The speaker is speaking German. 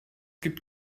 gibt